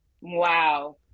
Wow